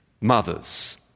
mothers